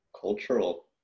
cultural